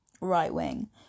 right-wing